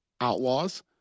outlaws